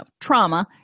trauma